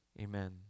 Amen